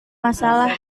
masalah